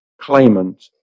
claimant